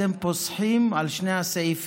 אתם פוסחים על שתי הסעיפים.